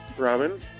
Robin